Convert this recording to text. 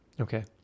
okay